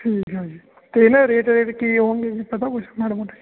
ਠੀਕ ਹੈ ਜੀ ਅਤੇ ਇਹਨਾਂ ਦੇ ਰੇਟ ਰੇਟ ਕੀ ਹੋਣਗੇ ਜੀ ਪਤਾ ਕੁਛ ਮਾੜਾ ਮੋਟਾ